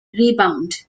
rebound